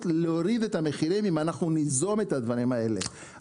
להוריד את המחירים אם אנחנו ניזום את הדברים האלה.